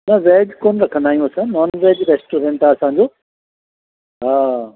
न वैज कोन रखंदा आहियूं असां नॉन वैज रैस्टोरेंट असांजो हा